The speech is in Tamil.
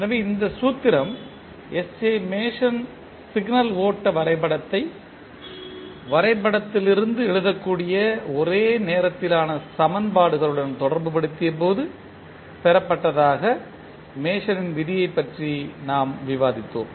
எனவே இந்த சூத்திரம் எஸ் ஜே மேசன் சிக்னல் ஓட்ட வரைபடத்தை வரைபடத்திலிருந்து எழுதக்கூடிய ஒரே நேரத்திலான சமன்பாடுகளுடன் தொடர்புபடுத்தியபோது பெறப்பட்டதாக மேசனின் விதியைப் பற்றி நாம் விவாதித்தோம்